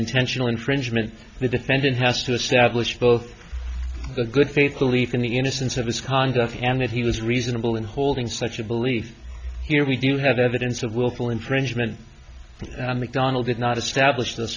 intentional infringement the defendant has to establish both the good faith belief in the innocence of his conduct and that he was reasonable in holding such a belief here we do have evidence of willful infringement on macdonell did not establish those